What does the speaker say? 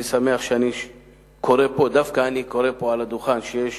אני שמח שדווקא אני קורא פה מעל הדוכן שיש